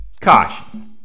Caution